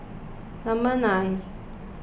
number nine